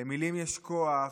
למילים יש כוח,